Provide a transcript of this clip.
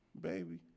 baby